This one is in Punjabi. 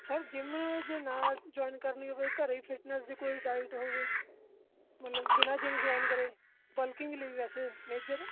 ਸਰ ਜਿਮ ਜੇ ਨਾ ਜੁਆਇਨ ਕਰਨੀ ਹੋਵੇ ਘਰ ਫਿਟਨੈਸ ਦੀ ਕੋਈ ਡਾਇਟ ਹੋਵੇ ਮਤਲਬ ਬਿਨਾਂ ਜਿਮ ਜੁਆਇਨ ਕਰੇ ਵਲਕਿੰਗ ਲਈ ਵੈਸੇ ਮੇਜਰ